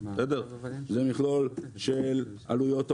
זה מכלול של עלויות תובלה,